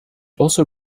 also